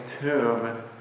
tomb